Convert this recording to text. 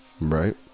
Right